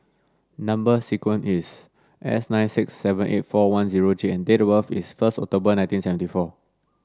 number sequence is S nine six seven eight four one J and date of birth is first October nineteen seventy four